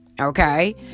Okay